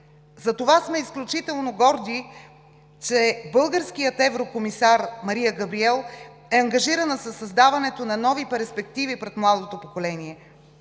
Затова сме изключително горди, че българският еврокомисар Мария Габриел е ангажирана със създаването на нови перспективи пред младото поколение.